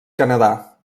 canadà